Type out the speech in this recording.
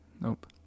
Nope